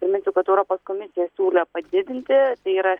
priminsiu kad europos komisija siūlė padidinti tai yra